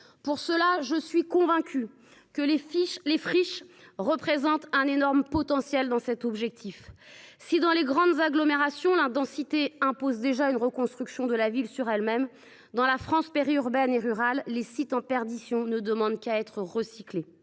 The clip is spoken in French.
métropoles. À ce titre, les friches représentent un potentiel considérable : si, dans les grandes agglomérations, la densité impose déjà une reconstruction de la ville sur elle même, dans la France périurbaine et rurale, les sites en perdition ne demandent qu’à être recyclés.